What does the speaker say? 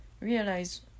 realize